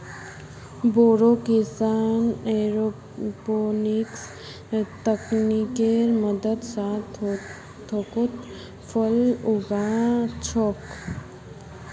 बोरो किसान एयरोपोनिक्स तकनीकेर मदद स थोकोत फल उगा छोक